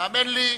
האמן לי,